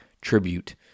tribute